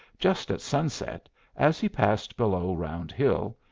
just at sunset as he passed below round hill,